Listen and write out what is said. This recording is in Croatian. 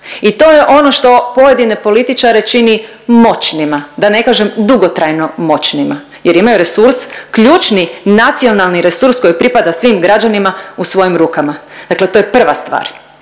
i to je ono što pojedine političare čini moćnima, da ne kažem dugotrajno moćnima jer imaju resurs ključni nacionalni resurs koji pripada svim građanima u svojim rukama. Dakle, to je prva stvar.